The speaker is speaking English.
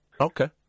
Okay